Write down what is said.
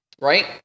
right